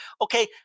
Okay